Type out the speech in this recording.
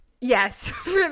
yes